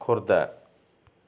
Khordha